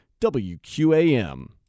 WQAM